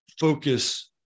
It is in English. focus